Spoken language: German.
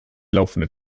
laufende